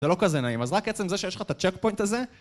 זה לא כזה נעים, אז רק עצם זה שיש לך את הטשק פוינט הזה